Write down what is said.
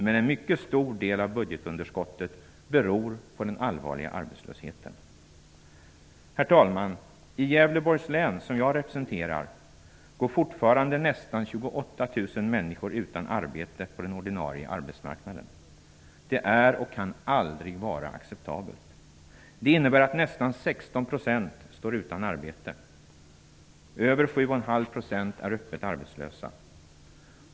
Men en mycket stor del av budgetunderskottet beror på den allvarliga arbetslösheten. Herr talman! I Gävleborgs län, som jag representerar, går fortfarande nästan 28 000 människor utan arbete på den ordinarie arbetsmarknaden. Det är och kan aldrig vara acceptabelt. Det innebär att nästan 16 % står utan arbete. Över 7,7 % är öppet arbetslösa.